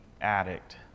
addict